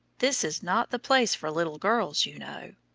this is not the place for little girls, you know.